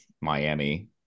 Miami